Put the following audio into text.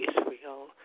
Israel